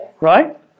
Right